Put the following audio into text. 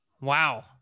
Wow